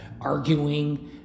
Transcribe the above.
arguing